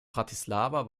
bratislava